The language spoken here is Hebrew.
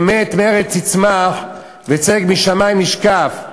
אמת מארץ תצמח וצדק משמים נשקף".